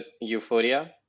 euphoria